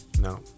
No